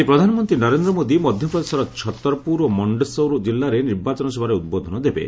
ଆଜି ପ୍ରଧାନମନ୍ତ୍ରୀ ନରେନ୍ଦ୍ର ମୋଦି ମଧ୍ୟପ୍ରଦେଶର ଛତରପୁର ଓ ମଣ୍ଡସୌର ଜିଲ୍ଲାରେ ନିର୍ବାଚନ ସଭାରେ ଉଦ୍ବୋଧନ ଦେବେ